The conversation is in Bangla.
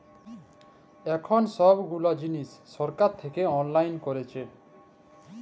এখল ছব গুলা জিলিস ছরকার থ্যাইকে অললাইল ক্যইরেছে